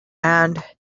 and